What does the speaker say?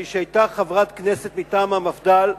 מי שהיתה חברת הכנסת מטעם המפד"ל,